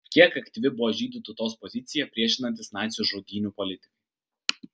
kiek aktyvi buvo žydų tautos pozicija priešinantis nacių žudynių politikai